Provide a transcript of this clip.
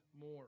more